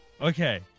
Okay